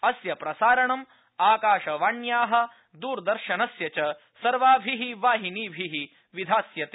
अस्य प्रसारणम् आकाशवाण्या द्रदर्शनस्य च सर्वाभि वाहिनीभि विधास्यते